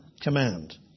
command